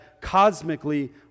cosmically